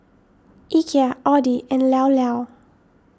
Ikea Audi and Llao Llao